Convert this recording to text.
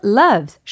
loves